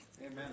Amen